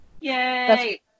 yay